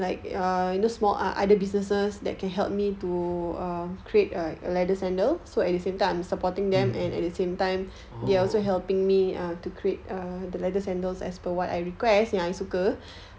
mm oh